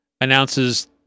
announces